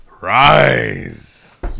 Rise